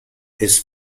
his